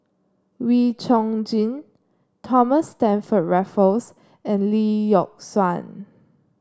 Wee Chong Jin Thomas Stamford Raffles and Lee Yock Suan